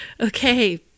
okay